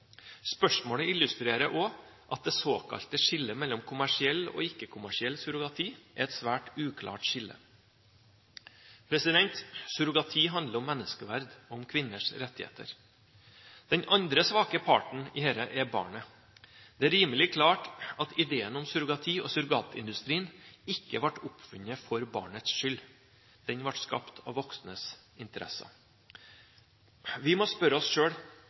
Spørsmålet illustrerer også at det såkalte skillet mellom kommersiell og ikke-kommersiell surrogati er et svært uklart skille. Surrogati handler om menneskeverd og om kvinners rettigheter. Den andre svake parten her er barnet. Det er rimelig klart at ideen om surrogati og surrogatindustrien ikke ble oppfunnet for barnets skyld, den ble skapt av de voksnes interesse. Vi må spørre oss